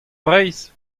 breizh